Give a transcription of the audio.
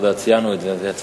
אתה יודע, ציינו את זה.